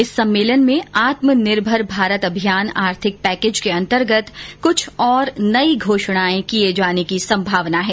इस सम्मेलन में आत्मनिर्भर भारत अभियान आर्थिक पैकेज के अंतर्गत कुछ और नई घोषणाए किए जाने की संभावना है